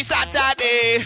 Saturday